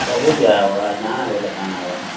ସବୁ ଦିଆହେବା ଯା'ଣା ବେଲେ ତା'ଣା ହେବା